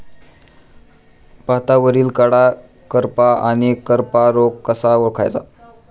भातावरील कडा करपा आणि करपा रोग कसा ओळखायचा?